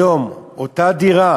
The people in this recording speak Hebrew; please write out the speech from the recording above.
היום אותה דירה